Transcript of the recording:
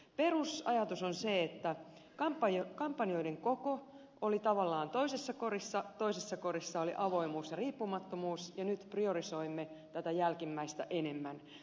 perusajatus on se että kampanjoiden koko oli tavallaan toisessa korissa toisessa korissa oli avoimuus ja riippumattomuus ja nyt priorisoimme tätä jälkimmäistä enemmän